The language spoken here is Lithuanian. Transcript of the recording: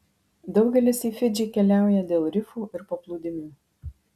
daugelis į fidžį keliauja dėl rifų ir paplūdimių